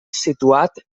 situat